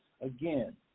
Again